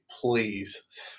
please